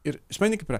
ir supranti kaip yra